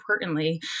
importantly